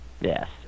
Yes